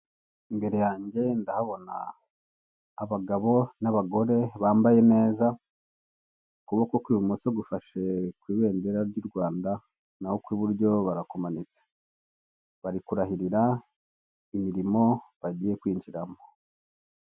Imbere yange ndahabona abagabo n'abagore bambaye neza, ukuboko kw'ibumoso gufashe kw'ibendera ry'u Rwanda, naho ukwiburyo barakumanitse bari kurahirira imirimo bagiye kwinjiramo.